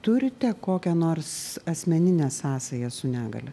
turite kokią nors asmeninę sąsają su negalia